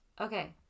Okay